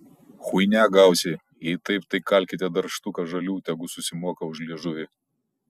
chuinia gausi jei taip tai kalkite dar štuką žalių tegu susimoka už liežuvį